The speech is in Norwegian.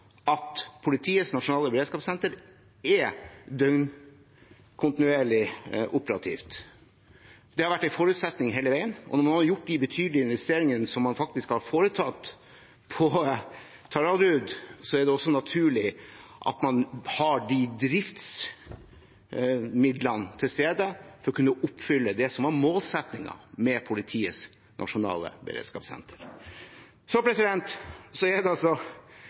at Politiets nasjonale beredskapssenter er døgnkontinuerlig operativt. Det har vært en forutsetning hele veien, og når man har gjort de betydelige investeringene som man faktisk har foretatt på Taraldrud, er det også naturlig at man har driftsmidler nok til å kunne oppfylle det som var målsettingen med Politiets nasjonale beredskapssenter. Så er det